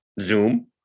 Zoom